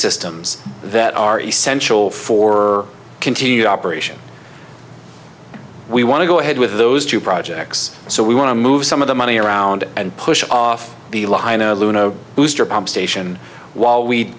systems that are essential for continued operation we want to go ahead with those two projects so we want to move some of the money around and push off the line a loon a booster pump station while we